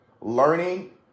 learning